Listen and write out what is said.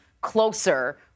closer